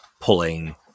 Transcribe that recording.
pulling